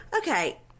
Okay